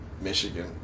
Michigan